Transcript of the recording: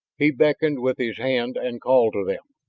he beckoned with his hand and called to them.